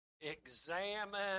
Examine